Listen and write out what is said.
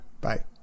Bye